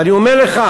ואני אומר לך,